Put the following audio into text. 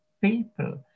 people